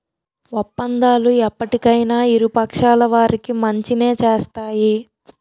ఒప్పందాలు ఎప్పటికైనా ఇరు పక్షాల వారికి మంచినే చేస్తాయి